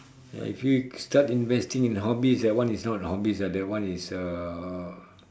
ya if you start investing in hobbies that one is not hobbies ah that one is uh